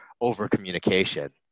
over-communication